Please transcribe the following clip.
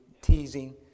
Teasing